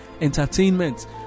entertainment